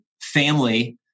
family